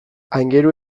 aingeru